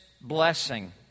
blessing